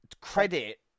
credit